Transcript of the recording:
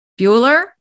Bueller